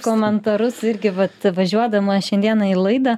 komentarus irgi vat važiuodama šiandieną į laidą